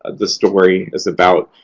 the story is about.